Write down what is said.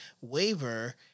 waiver